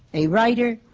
a writer,